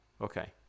Okay